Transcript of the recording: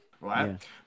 right